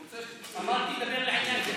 הוא רוצה, אמרתי לדבר לעניין.